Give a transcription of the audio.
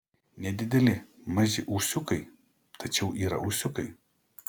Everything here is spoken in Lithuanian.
nedideli maži ūsiukai tačiau yra ūsiukai